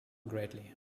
greatly